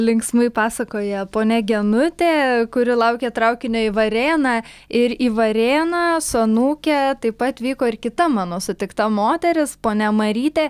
linksmai pasakoja ponia genutė kuri laukė traukinio į varėną ir į varėną su anūke taip pat vyko ir kita mano sutikta moteris ponia marytė